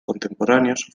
contemporáneos